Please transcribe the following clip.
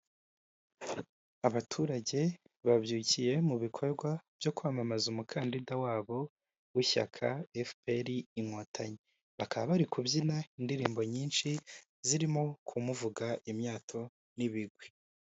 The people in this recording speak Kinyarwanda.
Abaturage babyukiye mu bikorwa byo kwamamaza umukandida wabo w'ishyaka efuperi Inkotanyi bakaba bari kubyina indirimbo nyinshi zirimo kumuvuga imyato n'ibigwi.